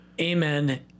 Amen